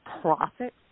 profit